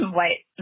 white